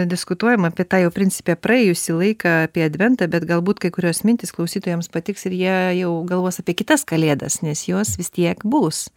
diskutuojam apie tą jau principe praėjusį laiką apie adventą bet galbūt kai kurios mintys klausytojams patiks ir jie jau galvoja apie kitas kalėdas nes jos vis tiek bus